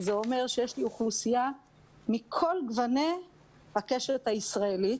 זה אומר שיש לנו אוכלוסייה מכל גווני הקשת הישראלית,